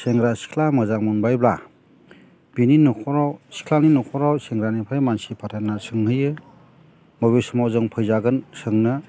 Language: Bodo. सेंग्रा सिख्ला मोजां मोनबायब्ला बिनि न'खराव सिख्लानि न'खराव सेंग्रानिफ्राय मानसि फाथायना सोंहैयो बबे समाव जों फैजागोन सोंनो